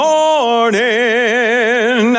morning